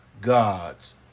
God's